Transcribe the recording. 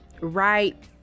right